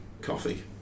coffee